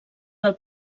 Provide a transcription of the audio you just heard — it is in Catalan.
del